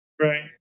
Right